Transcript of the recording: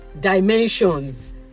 dimensions